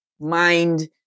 mind